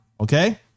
Okay